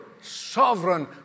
sovereign